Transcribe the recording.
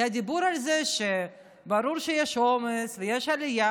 היה דיבור על זה שברור שיש עומס ויש עלייה,